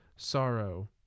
sorrow